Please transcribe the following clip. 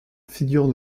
figure